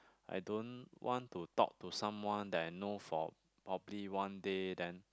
I don't want to talk to someone that I know for probably one day then